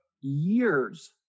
years